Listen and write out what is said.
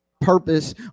purpose